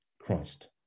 Christ